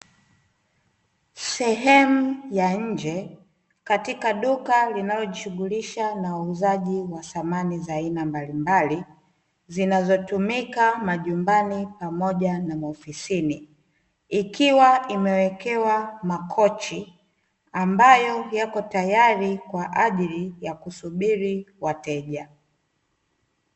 Sehemu ya nje katika duka linalojishughulisha na huuzaji wa thamani mbalimbali, zinazotumika manyumbani pamoja na maofisini, ikiwa imewekewa makochi ambayo yapo tayari kwajili ya kusubiri wateja.